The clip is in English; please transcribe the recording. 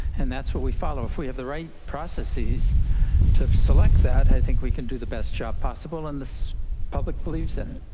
and that's what we follow. if we have the right processes to select that, i think we can do the best job possible, and the public believes in it.